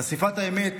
חשיפת האמת